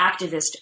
activist